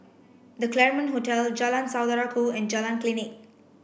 The Claremont Hotel Jalan Saudara Ku and Jalan Klinik